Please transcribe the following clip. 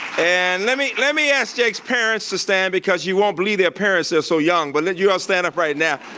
and let me let me ask jake's parents to stand, because you won't believe their parents, they're so young, but let you stand up right now.